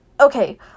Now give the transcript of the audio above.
okay